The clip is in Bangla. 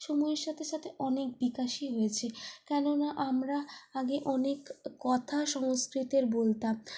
সময়ের সাথে সাথে অনেক বিকাশই হয়েছে কেননা আমরা আগে অনেক কথা সংস্কৃতের বলতাম